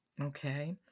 Okay